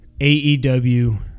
AEW